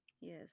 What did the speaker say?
Yes